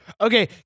okay